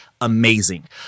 Amazing